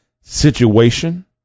situation